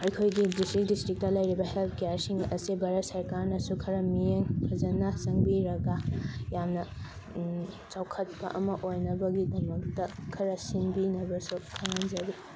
ꯑꯩꯈꯣꯏꯒꯤ district district ꯂꯩꯔꯤꯕ health ꯀꯦꯌꯔꯁꯤꯡ ꯑꯁꯦ ꯚꯥꯔꯠ ꯁꯔꯀꯥꯔꯅꯁꯨ ꯈꯔ ꯃꯤꯠꯌꯦꯡ ꯐꯖꯟꯅ ꯆꯪꯕꯤꯔꯒ ꯌꯥꯝꯅ ꯆꯥꯎꯈꯠꯄ ꯑꯃ ꯑꯣꯏꯅꯕꯒꯤꯗꯃꯛꯇ ꯈꯔ ꯁꯤꯟꯕꯤꯅꯕꯁꯨ ꯈꯪꯍꯟꯖꯔꯤ